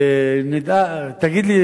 תגיד לי,